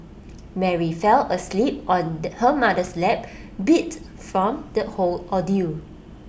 Mary fell asleep on her mother's lap beat from the whole ordeal